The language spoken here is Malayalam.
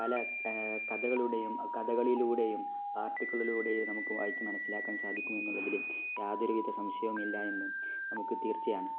പല കഥകളിലൂടെയും ആർട്ടിക്കിളുകളിലൂടെയും നമുക്ക് വായിച്ച് മനസ്സിലാക്കാൻ സാധിക്കുമെന്നുള്ളതില് യാതൊരു വിധ സംശയവുമില്ലെന്ന് നമുക്ക് തീർച്ചയാണ്